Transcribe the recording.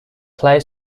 play